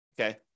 Okay